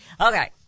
Okay